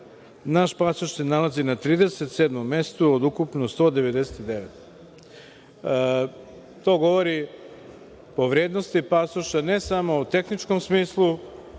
naš pasoš se nalazi na 37. mestu, od ukupno 199. To govori o vrednosti pasoša, ne samo u tehničkom smislu